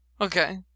Okay